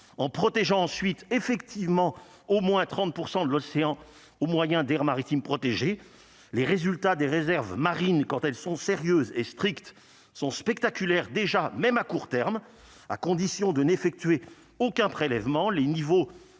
ont protégeant ensuite effectivement au moins 30 % de l'océan, au moyen d'aires maritimes protégées, les résultats des réserves marines quand elles sont sérieuses et strict sont spectaculaires, déjà même à court terme, à condition de n'effectuer aucun prélèvement